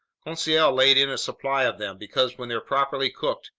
conseil laid in a supply of them, because when they're properly cooked,